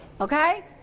Okay